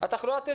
התחלואה תרד.